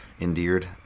endeared